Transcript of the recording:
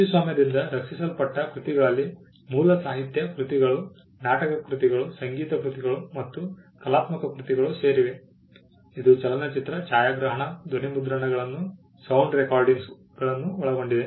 ಕೃತಿಸ್ವಾಮ್ಯದಿಂದ ರಕ್ಷಿಸಲ್ಪಟ್ಟ ಕೃತಿಗಳಲ್ಲಿ ಮೂಲ ಸಾಹಿತ್ಯ ಕೃತಿಗಳು ನಾಟಕ ಕೃತಿಗಳು ಸಂಗೀತ ಕೃತಿಗಳು ಮತ್ತು ಕಲಾತ್ಮಕ ಕೃತಿಗಳು ಸೇರಿವೆ ಇದು ಚಲನಚಿತ್ರ ಛಾಯಾಗ್ರಹಣ ಧ್ವನಿಮುದ್ರಣಗಳನ್ನು ಒಳಗೊಂಡಿದೆ